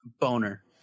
Boner